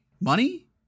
money